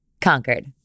conquered